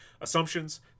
assumptions